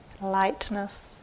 lightness